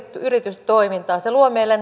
yritystoimintaa se luo meille